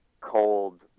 cold